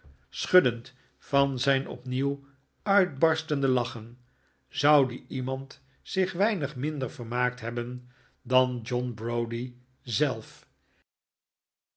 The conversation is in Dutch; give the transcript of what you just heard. schuddend van zijn opnieuw uitbarstende lachen zou die iemand zich weinig minder vermaakt hebben dan john browdie zelf